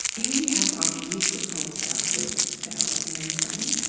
here we have our beautiful plant cell with a cell membrane.